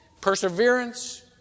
Perseverance